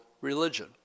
religion